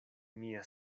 mia